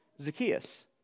Zacchaeus